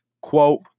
quote